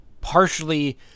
partially